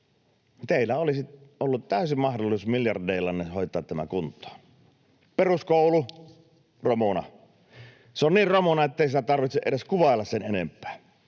Teillä olisi ollut täysi mahdollisuus miljardeillanne hoitaa tämä kuntoon. Peruskoulu — romuna. Se on niin romuna, ettei sitä tarvitse edes kuvailla sen enempää.